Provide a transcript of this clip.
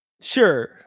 Sure